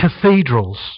cathedrals